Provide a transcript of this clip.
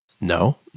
no